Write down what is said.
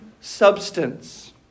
substance